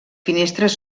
finestres